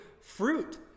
fruit